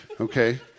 okay